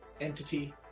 entity